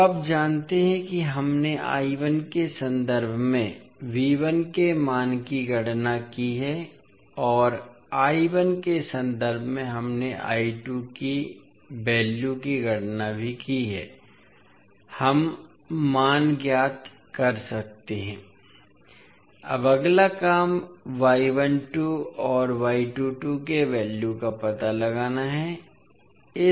अब आप जानते हैं कि हमने के संदर्भ में के मान की गणना की है और के संदर्भ में हमने के वैल्यू की भी गणना की है हम मान ज्ञात कर सकते हैं अब अगला काम और के वैल्यू का पता लगाना है